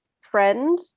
friend